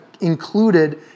included